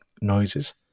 noises